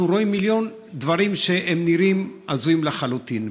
אנחנו רואים מיליון דברים שנראים הזויים לחלוטין.